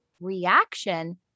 reaction